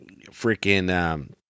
freaking